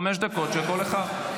חמש דקות לכל אחד.